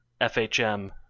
FHM